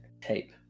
tape